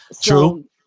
True